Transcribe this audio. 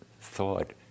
thought